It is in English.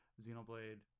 xenoblade